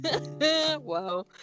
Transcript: Wow